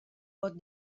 vot